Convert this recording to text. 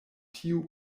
tiu